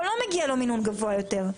או לא מגיע לו מינון גבוה יותר.